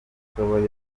nshoboye